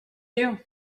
you